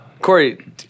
Corey